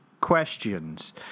questions